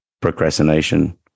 procrastination